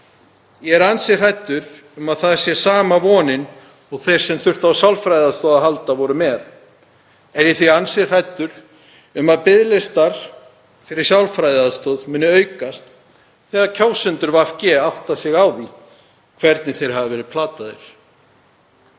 Ég er ansi hræddur um að það sé sama vonin og þeir sem þurftu á sálfræðiaðstoð að halda báru í brjósti. Er ég því ansi hræddur um að biðlistar eftir sálfræðiaðstoð muni aukast þegar kjósendur VG átta sig á því hvernig þeir hafa verið plataðir.